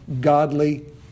godly